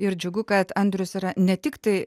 ir džiugu kad andrius yra ne tik tai